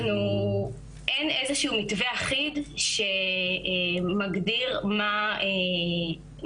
אין איזשהו מתווה אחיד שמגדיר מה מאפשר